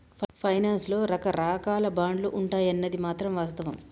finance లో రకరాకాల బాండ్లు ఉంటాయన్నది మాత్రం వాస్తవం